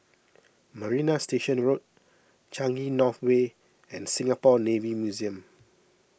Marina Station Road Changi North Way and Singapore Navy Museum